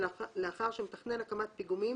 אלא לאחר שמתכנן הקמת פיגומים